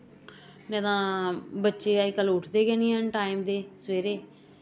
निं तां बच्चे अजकल्ल उठदे गै निं हैन टैम दे सवेरै